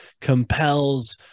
compels